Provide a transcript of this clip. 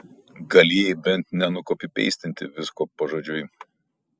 galėjai bent nenukopipeistinti visko pažodžiui